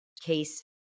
case